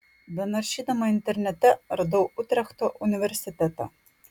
benaršydama internete radau utrechto universitetą